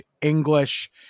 English